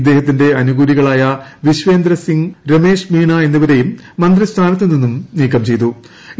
ഇദ്ദേഹത്തിന്റെ അനുകൂലികളായ വിശ്വേന്ദ്ര സിംഗ് രമേശ് മീണ എന്നിവരെയും മന്ത്രി സ്ഥാനത്തു നിന്ന് നീക്കി